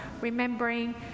remembering